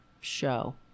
show